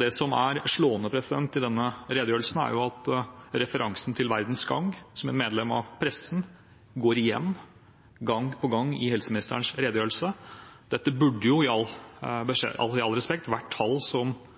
Det som er slående i denne redegjørelsen, er at referansen til VG, et medlem av pressen, går igjen gang på gang i helseministerens redegjørelse. Dette burde med all respekt vært tall og opplysninger som hadde kommet via de mer ordinære rapporteringssystemene vi har i